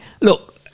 look